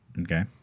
Okay